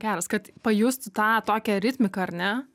geras kad pajustų tą tokią ritmiką ar ne